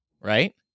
right